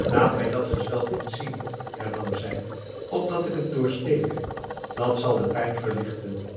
laat mij dat gezwel eens zien hernam zij opdat ik het doorsteke dat zal de pijn verligten